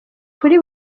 kuri